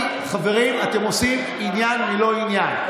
הבנתי, חברים, אתם עושים עניין מלא עניין.